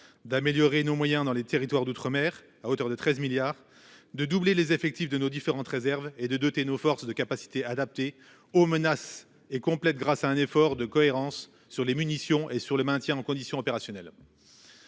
d'améliorer nos moyens dans les territoires d'outre-mer à hauteur de 13 milliards de doubler les effectifs de nos différentes réserves et de doter nos forces de capacité adaptée aux menaces et complète grâce à un effort de cohérence sur les munitions et sur le maintien en condition opérationnelle.